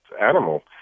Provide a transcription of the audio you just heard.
animal